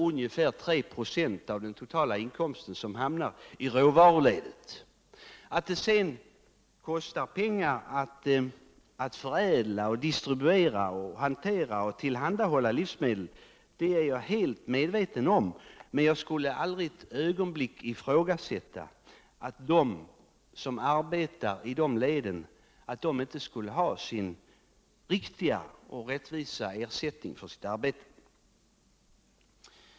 Ungefär 3 26 av den totala inkomsten hamnar alltså i råvaruledet. Jag är fullt medveten om att det kostar pengar att förädla, distribuera, hantera och tillhandahålla livsmedel, och jag vill för den skull aldrig ett ögonblick ifrågasätta att de som arbetar i dessa led skall ha sin riktiga och rättvisa ersättning för sitt arbete.